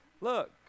look